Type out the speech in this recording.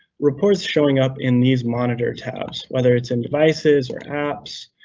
reports showing up in these monitor tabs, whether it's in devices or apps.